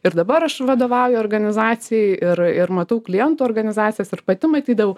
ir dabar aš vadovauju organizacijai ir ir matau klientų organizacijas ir pati matydavau